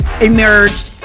emerged